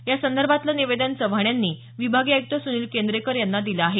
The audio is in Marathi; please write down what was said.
या संदर्भातलं निवेदन चव्हाण यांनी विभागीय आयुक्त सुनील केंद्रेकर यांना दिलं आहे